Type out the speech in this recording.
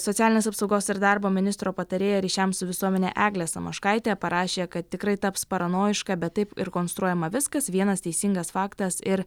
socialinės apsaugos ir darbo ministro patarėja ryšiams su visuomene eglė samoškaitė parašė kad tikrai taps paranojiška bet taip ir konstruojama viskas vienas teisingas faktas ir